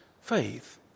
faith